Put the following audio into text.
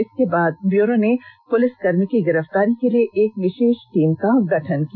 इसके बाद ब्यूरो ने पुलिसकर्मी की गिरफ्तारी के लिए एक विशेष टीम का गठन किया